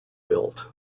built